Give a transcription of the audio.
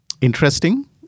interesting